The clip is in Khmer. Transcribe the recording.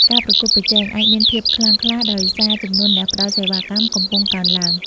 ការប្រកួតប្រជែង អាចមានភាពខ្លាំងក្លា ដោយសារចំនួនអ្នកផ្តល់សេវាកម្មកំពុងកើនឡើង។